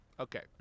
Okay